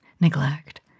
neglect